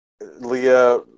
Leah